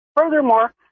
furthermore